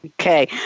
Okay